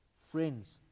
Friends